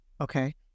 Okay